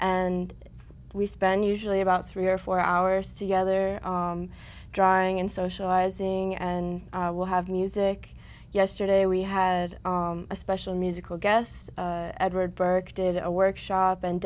and we spend usually about three or four hours together drawing and socializing and we'll have music yesterday we had a special musical guest edward burke did a workshop and